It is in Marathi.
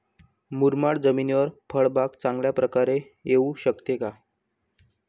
मुरमाड जमिनीवर फळबाग चांगल्या प्रकारे येऊ शकते का?